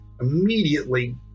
immediately